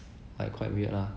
like quite weird lah